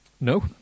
No